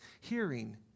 hearing